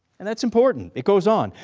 and that's important. it goes on,